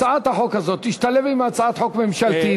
הצעת החוק הזאת תשתלב עם הצעת חוק ממשלתית,